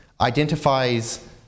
identifies